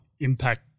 impact